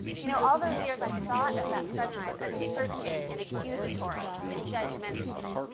you know, all those years, i thought of that sunrise as searching, and accusatory, and judgmental,